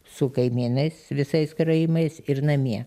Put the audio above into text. su kaimynais visais karaimais ir namie